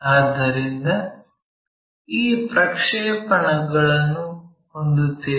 ಆದ್ದರಿಂದ ಈ ಪ್ರಕ್ಷೇಪಣಗಳನ್ನು ಹೊಂದುತ್ತೇವೆ